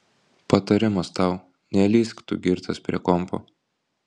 patarimas tau nelįsk tu girtas prie kompo